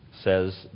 says